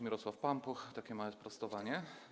Mirosław Pampuch, takie małe sprostowanie.